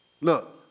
Look